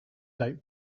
date